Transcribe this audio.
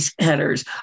centers